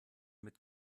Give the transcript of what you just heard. mit